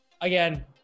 Again